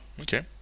Okay